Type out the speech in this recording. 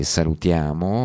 salutiamo